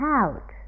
out